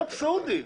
אבסורדיים.